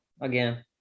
again